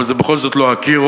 אבל זה בכל זאת לא אקירוב,